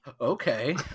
Okay